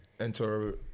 enter